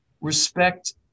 respect